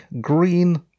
green